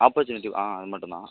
opportunity அது மட்டுந்தான்